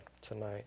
tonight